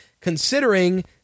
considering